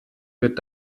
wird